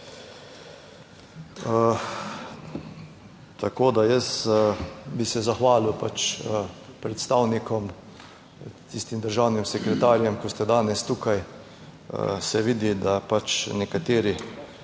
Tako da, jaz bi se zahvalil, pač predstavnikom, tistim državnim sekretarjem, ki ste danes tukaj, se vidi, da nekateri